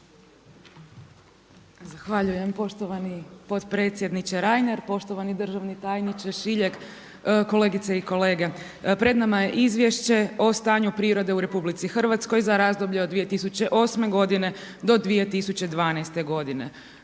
Zahvaljujem poštovani potpredsjedniče Reiner, poštovani državni tajniče Šiljeg, kolegice i kolege. Pred nama je izvješće o stanju prirode u RH za razdoblje od 2008. godine do 2012. godine.